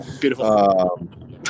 Beautiful